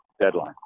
deadline